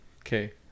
Okay